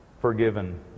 forgiven